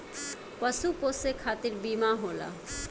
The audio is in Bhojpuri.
पशु पोसे खतिर बीमा होला